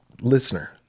Listener